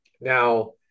Now